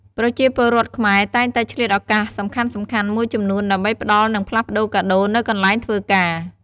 ប្រជាពលរដ្ឋខ្មែរតែងតែឆ្លៀតឱកាសសំខាន់ៗមួយចំនួនដើម្បីផ្តល់និងផ្លាស់ប្ដូរកាដូរនៅកន្លែងធ្វើការ។